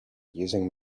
using